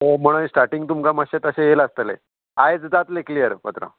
so म्हण starting तुमकां मातशें तशें येयला आसतलें आयज जातलें क्लियर पात्रांव